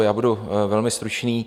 Já budu velmi stručný.